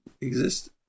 exist